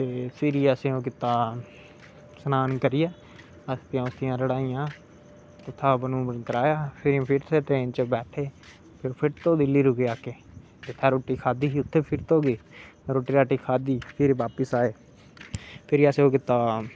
फिरी असें ओह् कीता स्नान करियै अस्थियां रढ़ाइयां उत्थै इनें फिर बेठे फिर तू दिल्ली रुके अस जित्थै रोटी खाद्धी ही फिर गे रोटी राटी खाद्धी फिर बापिस आए फिरी असें ओह् कीता